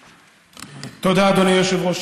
תודה, אדוני היושב-ראש.